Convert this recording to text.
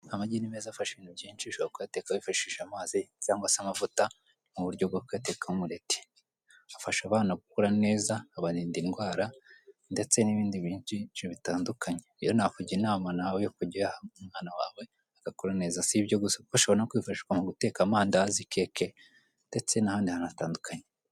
Amagi ni meza afasha ibintu byinshi ushobora kuyateka wifashishije amazi cyangwa se amavuta mu buryo bwo kuyatekamo umurete. Afasha abana gukura neza akabarinda indwara ndetse n'ibindi bintu byinshi bitandukanye. Rero nakugira inama nawe yo kujya uyaha umwana wawe agakura neza. Si ibyo gusa kuko ashobora no kwifashishwa mu guteka amandazi, keke ndetse n'ahandi hantu hatandukanye.